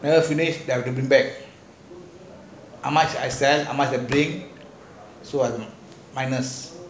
finish everything back how much I sell how much I make minus